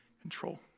control